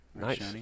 nice